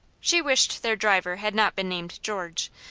she wished their driver had not been named george,